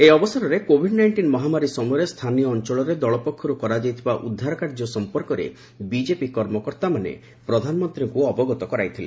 ଏହି ଅବସରରେ Covid nineteen ମହାମାରୀ ସମୟରେ ସ୍ଥାନୀୟ ଅଞ୍ଚଳରେ ଦଳ ପକ୍ଷରୁ କରାଯାଇଥିବା ଉଦ୍ଧାରକାର୍ଯ୍ୟ ସଂପର୍କରେ ବିଜେପି କର୍ମକର୍ତ୍ତାମାନେ ପ୍ରଧାନମନ୍ତ୍ରୀଙ୍କୁ ଅବଗତ କରାଇଥିଲେ